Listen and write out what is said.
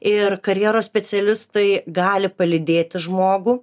ir karjeros specialistai gali palydėti žmogų